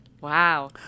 Wow